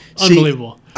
Unbelievable